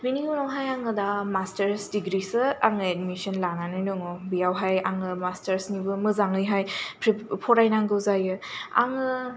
बेनि उनाव हाय आङो दा मास्टार्स डिग्रि सो आङो एदमिसन लानानै दङ बेयाव हाय आङो मास्टार्सनिबो मोजाङै हाय फ्रि फरायनांगौ जायो आङो